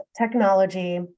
technology